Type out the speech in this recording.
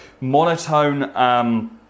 monotone